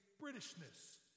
Britishness